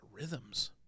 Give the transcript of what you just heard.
rhythms